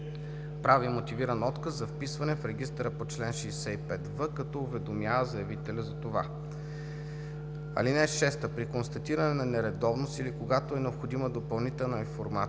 прави мотивиран отказ за вписване в регистъра по чл. 65в, като уведомява заявителя за това. (6) При констатиране на нередовност или когато е необходима допълнителна информация